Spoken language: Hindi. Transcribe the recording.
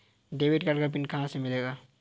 डेबिट कार्ड का पिन कहां से मिलेगा?